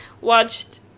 watched